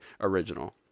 original